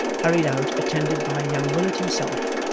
hurried out attended by young willet himself,